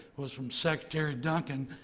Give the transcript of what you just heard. was from secretary duncan,